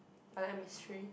I like mystery